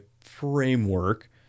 framework